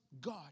God